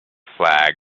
flag